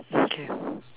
mm K